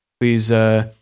Please